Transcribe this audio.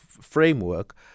framework